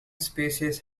species